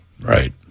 Right